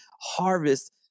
harvest